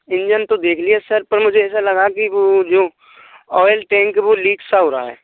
engine तो देख लिया सर पर मुझे ऐसा लगा कि वो जो ऑइल टैंक वो लीक सा हो रहा है